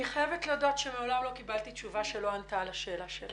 אני חייבת לומר שמעולם לא קיבלתי תשובה שלא ענתה על השאלה שלי